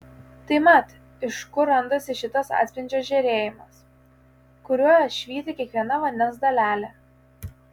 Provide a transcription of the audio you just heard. tai mat iš kur randasi šitas atspindžio žėrėjimas kuriuo švyti kiekviena vandens dalelė